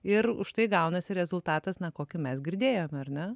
ir už tai gaunasi rezultatas na kokį mes girdėjome ar ne